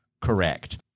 correct